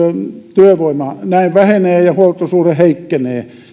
työvoima näin vähenee ja ja huoltosuhde heikkenee